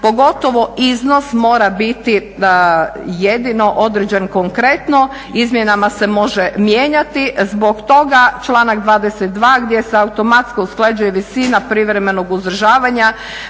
pogotovo iznos mora biti jedino određen konkretno, izmjenama se može mijenjati. Zbog toga članak 22. gdje se automatski usklađuje visina privremenom uzdržavanja,